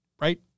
right